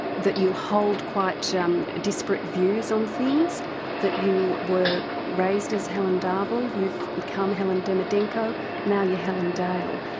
that you hold quite so um disparate views on things that you were raised as helen darville, you've become helen demidenko now you're helen dale.